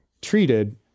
treated